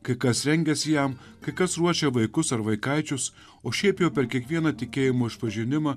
kai kas rengiasi jam kai kas ruošia vaikus ar vaikaičius o šiaip jau per kiekvieną tikėjimo išpažinimą